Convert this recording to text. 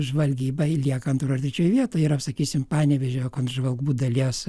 žvalgyba lieka antroj trečioj vietoj yra sakysim panevėžio konžvalgų dalies